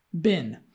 bin